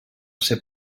ser